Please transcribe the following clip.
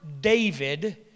David